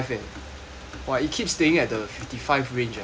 !wah! it keeps staying at the fifty five range ah